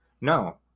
no